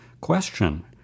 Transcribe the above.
question